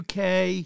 UK